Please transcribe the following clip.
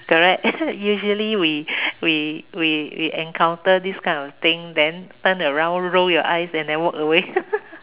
correct usually we we we encounter these kind of things then turn around roll your eyes then walk away